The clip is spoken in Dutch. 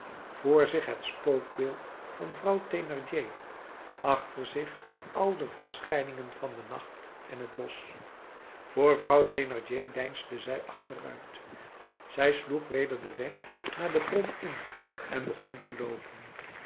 voor zich het spookbeeld van vrouw thénardier achter zich al de verschijningen van den nacht en het bosch voor vrouw thénardier deinsde zij achteruit zij sloeg weder den weg naar de bron in en begon te loopen